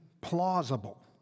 plausible